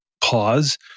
pause